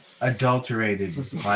adulterated